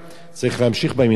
צריך להמשיך במנהג הזה,